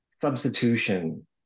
substitution